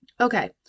Okay